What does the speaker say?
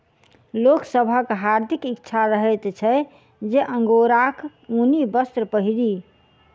लोक सभक हार्दिक इच्छा रहैत छै जे अंगोराक ऊनी वस्त्र पहिरी